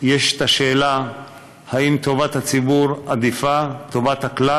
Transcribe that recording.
יש השאלה האם בטובת הציבור עדיפה טובת הכלל